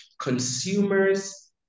consumers